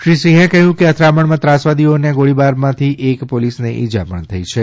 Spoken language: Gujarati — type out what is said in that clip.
શ્રી સિંહે કહ્યું કે અથડામણમાં ત્રાસવાદીઓના ગોળીબારથી એક પોલીસને ઈજા થઈ છે